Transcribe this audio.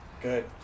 Good